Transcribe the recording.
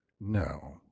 no